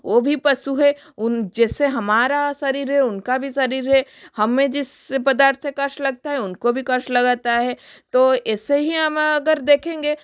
वह भी पशु है उन जैसे हमारा शरीर है उनका भी शरीर है हमें जिस प्रकार से कष्ट लगता है उनको भी कष्ट लगता है तो ऐसे ही हम अगर देखेंगे